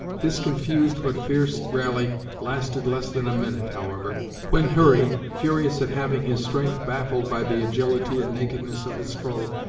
this confused but fierce rally lasted less than a minute, however when, hurry, furious at having his strength baffled by the agility and nakedness of his foe,